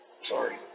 Sorry